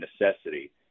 necessity